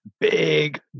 Big